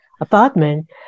apartment